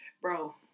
bro